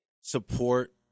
support